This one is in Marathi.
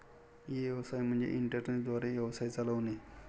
ई व्यवसाय म्हणजे इंटरनेट द्वारे व्यवसाय चालवणे